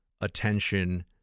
attention